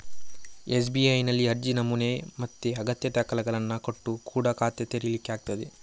ಎಸ್.ಬಿ.ಐನಲ್ಲಿ ಅರ್ಜಿ ನಮೂನೆ ಮತ್ತೆ ಅಗತ್ಯ ದಾಖಲೆಗಳನ್ನ ಕೊಟ್ಟು ಕೂಡಾ ಖಾತೆ ತೆರೀಲಿಕ್ಕೆ ಆಗ್ತದೆ